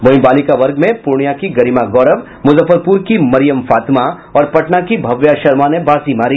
वहीं बालिका वर्ग में पूर्णिया की गरिमा गौरव मुजफ्फरपुर की मरियम फातिमा और पटना की भव्या वर्मा ने बाजी मारी